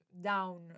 down